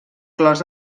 clos